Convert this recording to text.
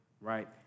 right